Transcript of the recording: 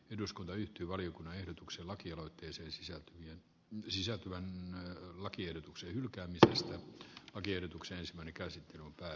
eduskunta yhtyi valiokunnan ehdotuksen lakialoitteeseensa sisältyvän näin lakiehdotuksen hylkäämisestä lakiehdotukseen järkevä päätös